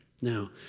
Now